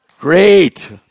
great